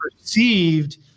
perceived